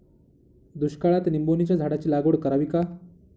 दुष्काळात निंबोणीच्या झाडाची लागवड करावी का?